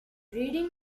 reading